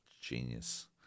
Genius